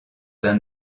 d’un